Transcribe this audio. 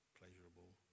pleasurable